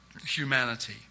humanity